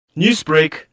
Newsbreak